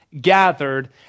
gathered